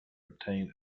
obtain